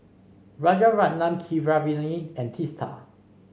Rajaratnam Keeravani and Teesta